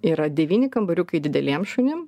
yra devyni kambariukai dideliem šunim